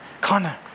Connor